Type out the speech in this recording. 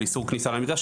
של איסור כניסה למגרש,